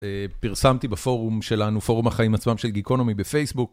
פרסמתי בפורום שלנו, פורום החיים עצמם של גיקונומי בפייסבוק.